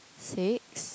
six